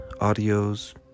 audios